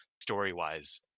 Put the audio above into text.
story-wise